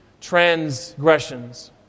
transgressions